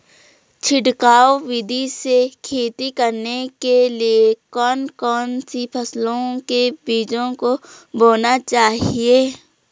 छिड़काव विधि से खेती करने के लिए कौन कौन सी फसलों के बीजों को बोना चाहिए?